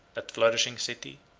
that flourishing city,